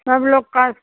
सब लोग का